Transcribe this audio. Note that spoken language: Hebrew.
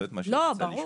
לא מה שאת רוצה לשמוע.